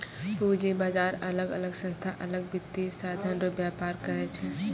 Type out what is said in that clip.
पूंजी बाजार अलग अलग संस्था अलग वित्तीय साधन रो व्यापार करै छै